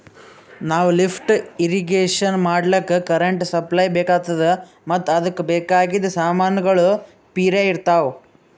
ನಾವ್ lift irrigation ಮಾಡ್ಲಕ್ಕ್ current supply ಬೆಕಾತದ್ ಮತ್ತ್ ಅದಕ್ಕ್ ಬೇಕಾಗಿದ್ ಸಮಾನ್ಗೊಳ್ನು ಪಿರೆ ಇರ್ತವ್